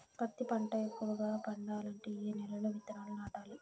పత్తి పంట ఎక్కువగా పండాలంటే ఏ నెల లో విత్తనాలు నాటాలి?